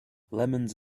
lemons